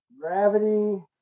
gravity